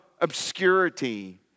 obscurity